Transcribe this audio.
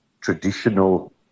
traditional